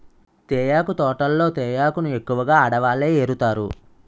తేయాకు తోటల్లో తేయాకును ఎక్కువగా ఆడవాళ్ళే ఏరుతారు